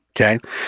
Okay